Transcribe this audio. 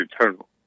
eternal